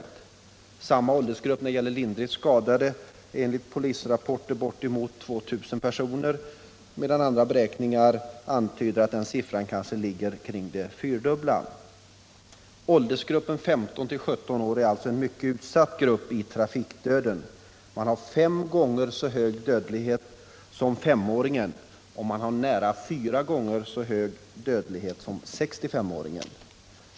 I samma åldersgrupp är de s.k. lindrigt skadade enligt polisrapporter bortåt 2 000 personer medan andra beräkningar antyder att antalet kanske är fyra gånger så stort. Åldersgruppen 15-17 år är alltså en mycket utsatt grupp i trafikdödssammanhang. Man har där fem gånger så hög dödlighet som femåringarna och nära fyra gånger så hög dödlighet som 6S5-åringarna.